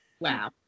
Wow